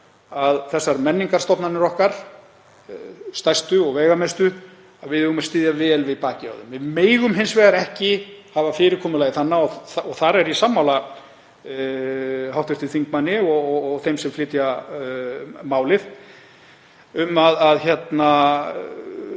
með þessar menningarstofnanir okkar, þær stærstu og veigamestu, að við eigum að styðja vel við bakið á þeim. Við megum hins vegar ekki hafa fyrirkomulagið þannig, og þar er ég sammála hv. þingmanni og þeim sem flytja málið, að ríkið